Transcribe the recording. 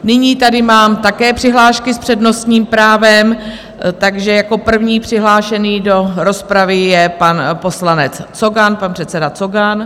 Nyní tady mám také přihlášky s přednostním právem, takže jako první přihlášený do rozpravy je pan poslanec Cogan, pan předseda Cogan.